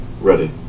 Ready